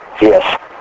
Yes